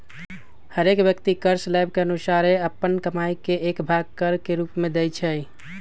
हरेक व्यक्ति कर स्लैब के अनुसारे अप्पन कमाइ के एक भाग कर के रूप में देँइ छै